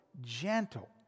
gentle